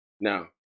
Now